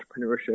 entrepreneurship